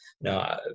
no